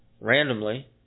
randomly